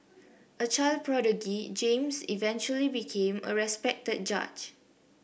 a child prodigy James eventually became a respected judge